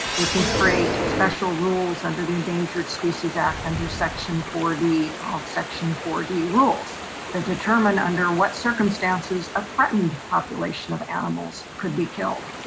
they can create special rules under the endangered species act under section forty called section forty rules that determine under what circumstances of threatened population of animals could be killed.